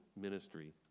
ministry